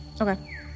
Okay